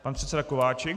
Pan předseda Kováčik.